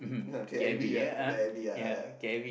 K_I_V ah K_I_V ah yeah